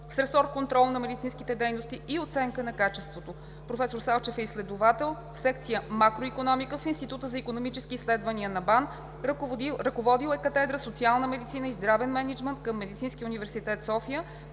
с ресор „Контрол на медицинските дейности и оценка на качеството“. Професор Салчев е изследовател в секция „Макроикономика“ в Института за икономически изследвания – БАН. Ръководил е катедра „Социална медицина и здравен мениджмънт“ към Медицински университет – София.